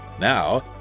Now